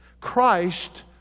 Christ